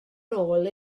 nôl